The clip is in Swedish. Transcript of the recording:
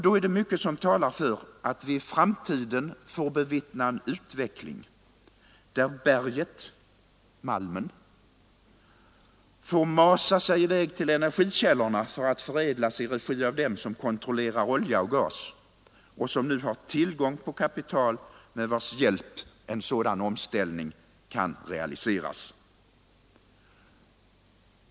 Då är det mycket som talar för att vi i framtiden får bevittna en utveckling, där berget — malmen — får masa sig i väg till energikällorna för att förädlas i regi av dem som kontrollerar olja och gas — och som nu har tillgång på kapital med vars hjälp en sådan omställning kan realiseras.